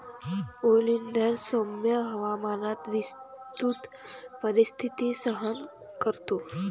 oleander सौम्य हवामानात विस्तृत परिस्थिती सहन करतो